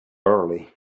early